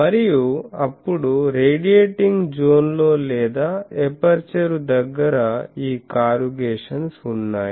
మరియు అప్పుడు రేడియేటింగ్ జోన్లో లేదా ఎపర్చరు దగ్గర ఈ కారుగేషన్స్ ఉన్నాయి